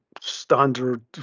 standard